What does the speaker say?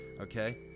okay